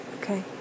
Okay